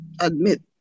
admit